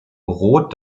roth